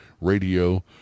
Radio